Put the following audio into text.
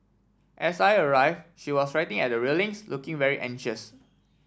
as I arrive she was writing at the railings looking very anxious